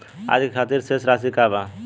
आज के खातिर शेष राशि का बा?